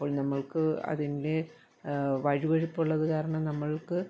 അപ്പോൾ നമ്മൾക്ക് അതിൻ്റെ വഴുവഴുപ്പുള്ളതു കാരണം നമ്മൾക്ക്